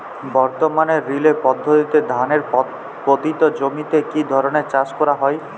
বর্তমানে রিলে পদ্ধতিতে ধানের পতিত জমিতে কী ধরনের চাষ করা হয়?